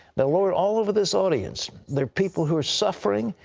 but lord, all over this audience, there are people who are suffering,